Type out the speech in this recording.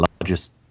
largest